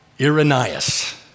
Irenaeus